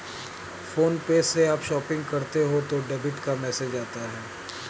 phone पे से आप शॉपिंग करते हो तो डेबिट का मैसेज आता है